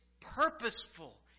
purposeful